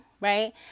right